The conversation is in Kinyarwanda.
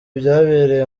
byabereye